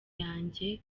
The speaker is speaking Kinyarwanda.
yanjye